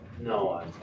No